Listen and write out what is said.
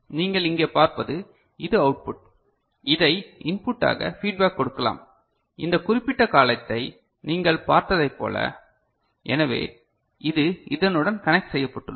நீங்கள் இங்கே பார்ப்பது இது அவுட்புட் இதை இன்புட்டாக ஃபீட்பேக் கொடுக்கலாம் இந்த குறிப்பிட்ட காலத்தை நீங்கள் பார்த்ததைப் போல எனவே இது இதனுடன் கனெக்ட் செய்யப்பட்டுள்ளது